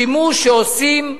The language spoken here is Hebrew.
יש שימוש שעושים בבעלי-חיים,